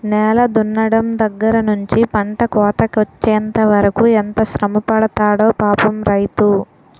నేల దున్నడం దగ్గర నుంచి పంట కోతకొచ్చెంత వరకు ఎంత శ్రమపడతాడో పాపం రైతు